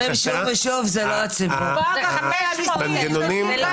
אתה גונב כסף מאזרחי ישראל פשוטו כמשמעותו.